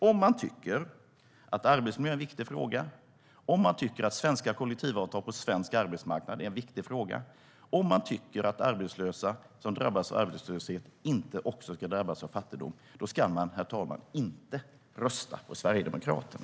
Om man tycker att arbetsmiljön är en viktig fråga, om man tycker att svenska kollektivavtal på svensk arbetsmarknad är en viktig fråga och om man tycker att arbetslösa inte också ska drabbas av fattigdom ska man, herr talman, inte rösta på Sverigedemokraterna.